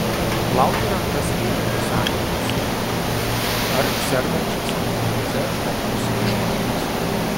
plauti rankas reikia po sąlyčio su gyvūnų ar sergančio salmonelioze žmogaus išmatomis